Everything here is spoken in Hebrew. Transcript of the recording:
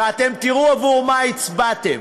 ואתם תראו עבור מה הצבעתם.